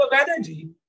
energy